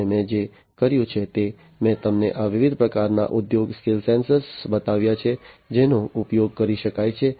અને મેં જે કર્યું છે તે મેં તમને આ વિવિધ પ્રકારના ઉદ્યોગ સ્કેલ સેન્સર બતાવ્યા છે જેનો ઉપયોગ કરી શકાય છે